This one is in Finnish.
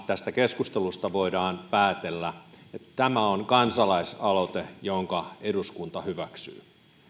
tästä keskustelusta voidaan päätellä että henkisellä tasolla tämä on kansalaisaloite jonka eduskunta hyväksyy